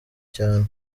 cyane